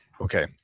okay